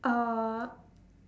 uh